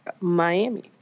miami